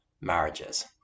marriages